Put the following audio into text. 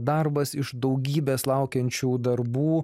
darbas iš daugybės laukiančių darbų